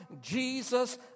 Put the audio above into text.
Jesus